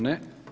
Ne.